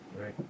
Right